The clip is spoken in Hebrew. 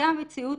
זו המציאות.